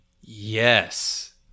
yes